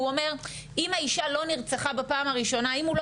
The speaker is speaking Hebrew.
והוא אומר: הוא אומר אם האישה לא נרצחה בפעם הראשונה אם הוא לא